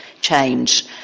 change